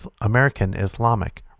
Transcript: American-Islamic